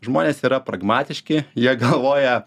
žmonės yra pragmatiški jie galvoja